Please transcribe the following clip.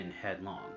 headlong